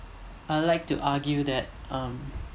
I'll like to argue that um